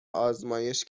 آزمایش